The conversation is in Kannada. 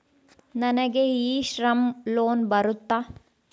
ನನಗೆ ಇ ಶ್ರಮ್ ಲೋನ್ ಬರುತ್ತಾ?